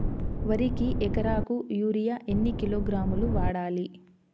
వరికి ఎకరాకు యూరియా ఎన్ని కిలోగ్రాములు వాడాలి?